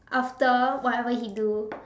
after whatever he do